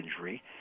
injury